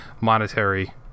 monetary